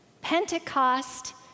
Pentecost